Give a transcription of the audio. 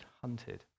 hunted